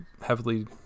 heavily